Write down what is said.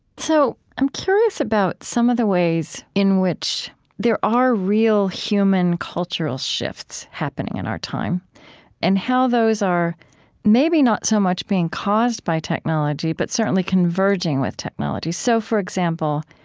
so i'm curious about some of the ways in which there are real human cultural shifts happening in our time and how those are maybe not so much being caused by technology, but certainly converging with technology. so for example,